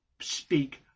speak